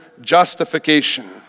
justification